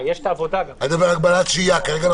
ואני מדבר על הגבלות שהייה,